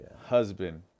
husband